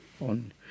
on